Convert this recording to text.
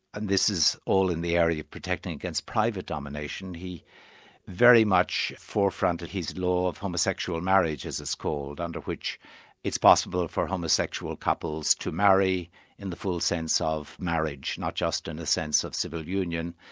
and this is all in the area of protecting against private domination he very much forefronted his law of homosexual marriage, as it's called, under which it's possible for homosexual couples to marry in the full sense of marriage, not just in the sense of civil union.